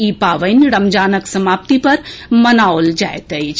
ई पावनि रमजानक समाप्ति पर मनाओल जाएत अछि